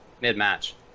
mid-match